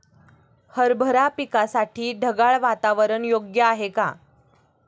हरभरा पिकासाठी ढगाळ वातावरण योग्य आहे का?